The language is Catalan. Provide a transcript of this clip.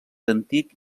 antic